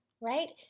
right